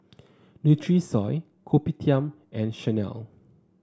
Nutrisoy Kopitiam and Chanel